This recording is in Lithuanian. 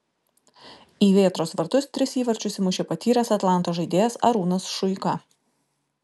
į vėtros vartus tris įvarčius įmušė patyręs atlanto žaidėjas arūnas šuika